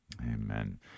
Amen